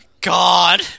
God